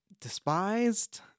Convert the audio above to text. despised